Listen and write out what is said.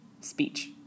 speech